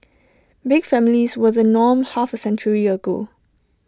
big families were the norm half A century ago